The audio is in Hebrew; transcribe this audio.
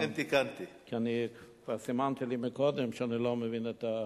כי אני כבר סימנתי לי קודם שאני לא מבין את,